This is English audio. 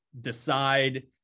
decide